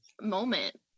moment